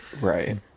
right